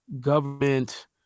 Government